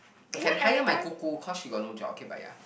can hire my 姑姑 cause she got no job okay but ya